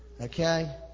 Okay